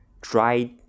dried